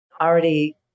already